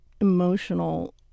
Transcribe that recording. emotional